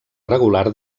regular